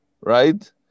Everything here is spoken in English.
right